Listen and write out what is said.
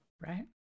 Right